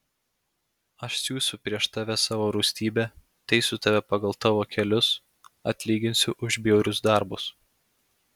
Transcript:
aš siųsiu prieš tave savo rūstybę teisiu tave pagal tavo kelius atlyginsiu už bjaurius darbus